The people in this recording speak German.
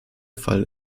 fall